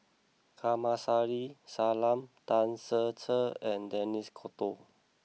Kamsari Salam Tan Ser Cher and Denis D'Cotta